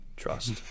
trust